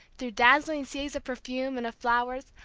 through dazzling seas of perfume, and of flowers,